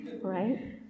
right